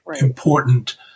important